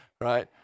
right